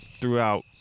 Throughout